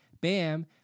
bam